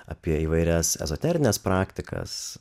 apie įvairias ezoterines praktikas